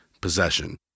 possession